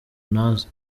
ntazi